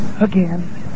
again